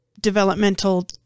developmental